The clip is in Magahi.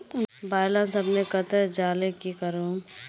बैलेंस अपने कते जाले की करूम?